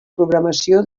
programació